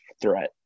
threat